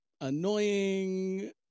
annoying